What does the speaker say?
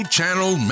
Channel